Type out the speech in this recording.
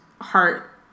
heart